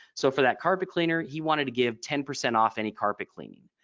so for that carpet cleaner he wanted to give ten percent off any carpet cleaning.